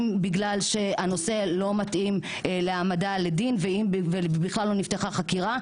אם בגלל שהנושא לא מתאים להעמדה לדין ובכלל לא נפתחה חקירה,